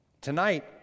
tonight